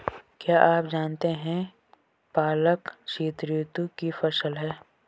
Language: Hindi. क्या आप जानते है पालक शीतऋतु की फसल है?